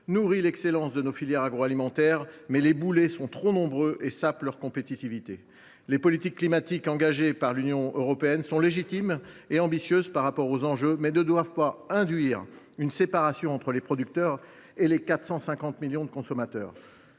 nourrit l’excellence de nos filières agroalimentaires, mais les boulets sont trop nombreux et sapent leur compétitivité. Les politiques climatiques engagées par l’Union européenne sont légitimes et ambitieuses au regard des enjeux, mais elles ne doivent pas induire une séparation entre les producteurs et les 450 millions de consommateurs.